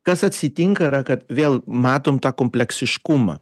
kas atsitinka yra kad vėl matom tą kompleksiškumą